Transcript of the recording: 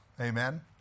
Amen